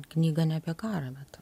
knyga ne apie karą bet